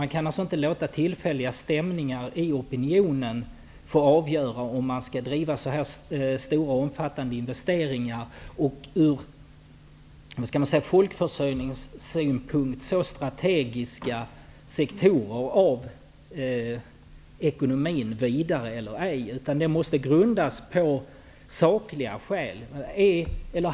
Man kan inte låta tillfälliga stämningar i opinionen påverka omfattande investeringar i ur folkförsörjningssynpunkt så strategiska sektorer av ekonomin, utan sådana investeringar måste grundas på sakliga skäl.